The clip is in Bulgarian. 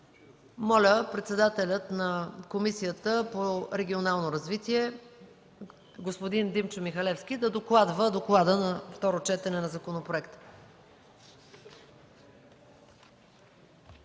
Моля председателят на Комисията по регионално развитие господин Димчо Михалевски да докладва доклада на второ четене на законопроекта.